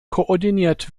koordiniert